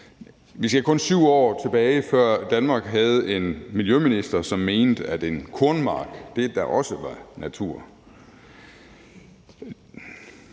Vi skal kun 7 år tilbage, før Danmark havde en miljøminister, som mente, at en kornmark da også